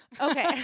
Okay